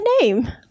name